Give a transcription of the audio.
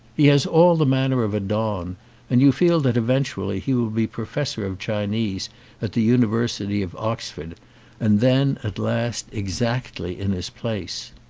he has all the man ner of a don and you feel that eventually he will be professor of chinese at the university of ox ford and then at last exactly in his place.